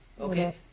Okay